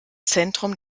zentrum